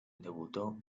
debutó